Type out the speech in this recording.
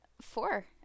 four